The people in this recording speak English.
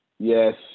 Yes